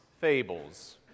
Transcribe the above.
Fables